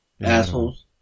Assholes